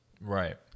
Right